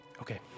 Okay